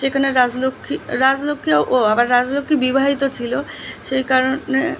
সেখানে রাজলক্ষ্মী রাজলক্ষ্মী ও ও আবার রাজলক্ষ্মী বিবাহিত ছিলো সেই কারণে